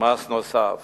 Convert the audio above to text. מס נוסף.